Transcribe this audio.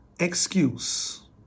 Excuse